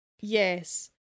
yes